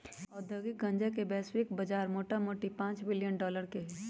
औद्योगिक गन्जा के वैश्विक बजार मोटामोटी पांच बिलियन डॉलर के हइ